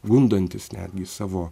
gundantis netgi savo